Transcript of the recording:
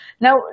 Now